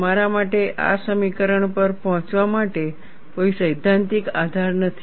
તમારા માટે આ સમીકરણ પર પહોંચવા માટે કોઈ સૈદ્ધાંતિક આધાર નથી